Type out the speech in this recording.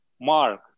Mark